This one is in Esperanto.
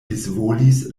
disvolvis